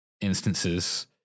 Instances